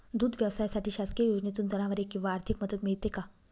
दूध व्यवसायासाठी शासकीय योजनेतून जनावरे किंवा आर्थिक मदत मिळते का?